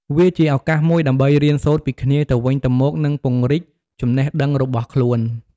វាជាឱកាសមួយដើម្បីរៀនសូត្រពីគ្នាទៅវិញទៅមក និងពង្រីកចំណេះដឹងរបស់ខ្លួន។